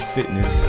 Fitness